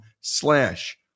slash